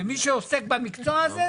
ומי שעוסק במקצוע הזה